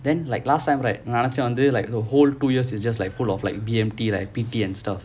then like last time right நான் நினைச்சேன் வந்து:naan ninaichaen vanthu like the whole two years is just like full of like B_M_T ah P_T and stuff